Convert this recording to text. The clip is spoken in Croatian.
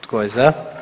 Tko je za?